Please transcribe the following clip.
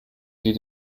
sie